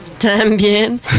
También